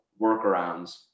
workarounds